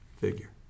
figure